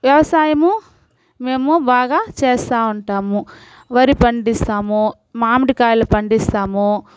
వ్యవసాయము మేము బాగా చేస్తూ ఉంటాము వరి పండిస్తాము మామిడి కాయలు పండిస్తాము